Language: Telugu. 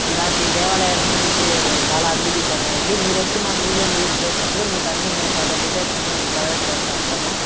ఇలాంటి దేవాలయాలన్నీ విజీ చాలా అభివృద్ధి చెందాయండి మీరొచ్చి మా మ్యూజియం విజిట్ చేసినప్పుడు మీకన్నీ మేము ఫర్దర్ డీటెయిల్స్ అన్నీ మీకు ప్రొవైడ్ చేస్తూ ఉంటాము